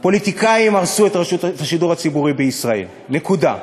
פוליטיקאים הרסו את השידור הציבורי בישראל, נקודה.